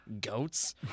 goats